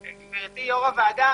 גברתי יו"ר הוועדה,